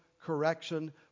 correction